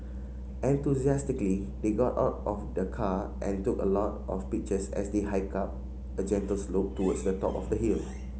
enthusiastically they got out of the car and took a lot of pictures as they hiked up a gentle slope towards the top of the hill